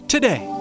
Today